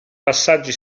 passaggi